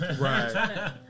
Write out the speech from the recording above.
Right